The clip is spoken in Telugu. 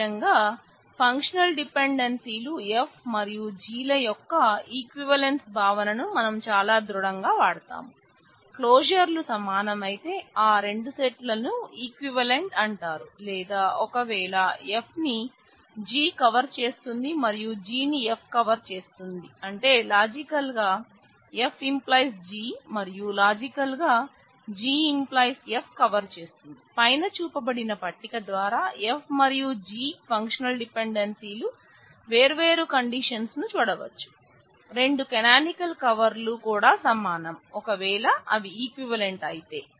సహజంగా ఫంక్షనల్ డిపెండెన్సీకూడా సమనం ఒకవేళ అవి ఈక్వివాలెంట్ అయితే